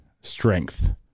strength